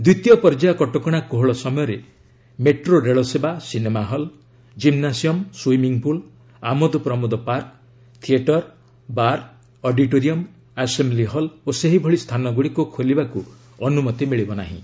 ଦ୍ୱିତୀୟ ପର୍ଯ୍ୟାୟ କଟକଣା କୋହଳ ସମୟରେ ମେଟ୍ରୋ ରେଳସେବା ସିନେମା ହଲ୍ କ୍ରିମ୍ବାସିୟମ୍ ସୁଇମିଂପୁଲ୍ ଆମୋଦପ୍ରମୋଦ park theatre bar auditorium assembly hall ଓ ସେହିଭଳି ସ୍ଥାନଗୁଡ଼ିକୁ ଖୋଲିବାକୁ ଅନୁମତି ମିଳିବ ନାହିଁ